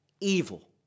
evil